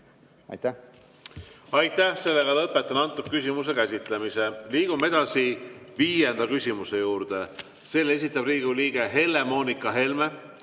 Aitäh!